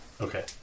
Okay